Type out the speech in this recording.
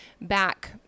back